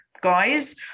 guys